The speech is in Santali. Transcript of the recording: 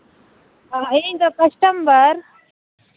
ᱦᱮᱸ ᱤᱧᱫᱚ ᱠᱟᱥᱴᱚᱢᱟᱨ